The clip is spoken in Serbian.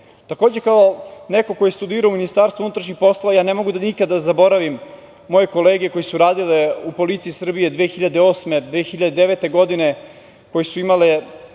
kao neko ko je studirao u Ministarstvu unutrašnjih poslova, ja ne mogu nikada da zaboravim moje kolege koji su radile u Policiji Srbije 2008, 2009. godine, koje su imale